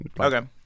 Okay